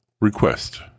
request